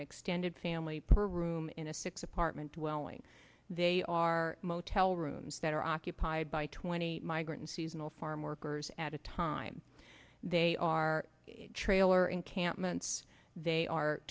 an extended family per room in a six apartment dwelling they are motel rooms that are occupied by twenty migrant seasonal farm workers at a time they are trailer encampments they are